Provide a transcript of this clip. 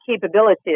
capabilities